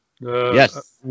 Yes